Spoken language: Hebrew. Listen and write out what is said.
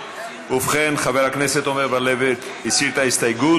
ובכן, חבר הכנסת עמר בר-לב הסיר את ההסתייגות.